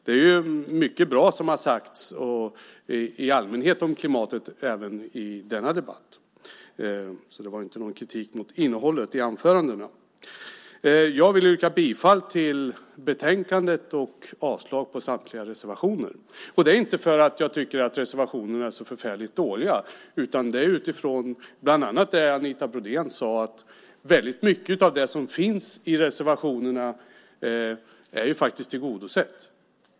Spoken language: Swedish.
Det är mycket bra som har sagts om klimatet i allmänhet även i denna debatt, så det var inte en kritik mot innehållet i anförandena. Jag vill yrka bifall till förslaget i betänkandet och avslag på samtliga reservationer - inte för att jag tycker att reservationerna är så förfärligt dåliga, utan på grund av bland annat det som Anita Brodén sade om att mycket av det som finns i reservationerna är tillgodosett.